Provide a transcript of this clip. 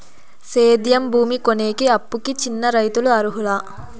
సేద్యం భూమి కొనేకి, అప్పుకి చిన్న రైతులు అర్హులా?